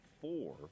four